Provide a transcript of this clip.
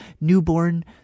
newborn